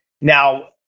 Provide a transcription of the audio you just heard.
Now